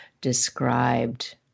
described